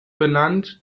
benannt